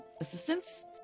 assistance